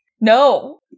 No